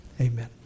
amen